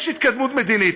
יש התקדמות מדינית.